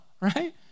right